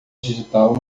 digital